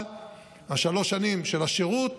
אבל שלוש השנים של השירות